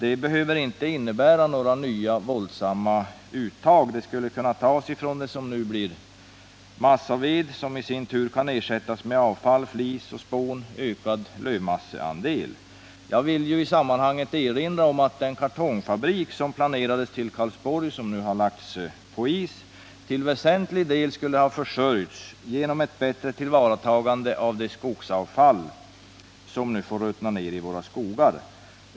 En sådan skulle inte behöva innebära några nya, våldsamma uttag, utan virket skulle kunna tas från det som nu blir massaved och som i sin tur kan ersättas med avfall, flis, spån och ökad lövmasseandel. Jag vill i detta sammanhang erinra om att den kartongfabrik som planerades till Karlsborg men som nu har lagts på is, till väsentlig del skulle ha 49 försörjts genom ett bättre tillvaratagande av det skogsavfall som nu får ruttna ner i våra skogar.